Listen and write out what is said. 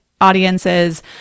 audiences